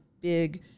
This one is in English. big